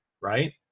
right